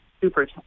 super